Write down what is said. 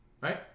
Right